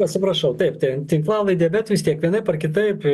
atsiprašau taip ten tinklalaidė bet vis tiek vienaip ar kitaip